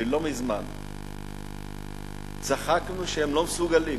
שלא מזמן צחקנו שהם לא מסוגלים,